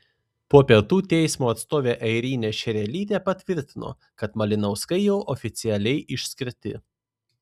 po pietų teismo atstovė airinė šerelytė patvirtino kad malinauskai jau oficialiai išskirti